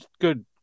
Good